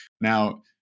Now